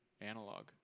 analog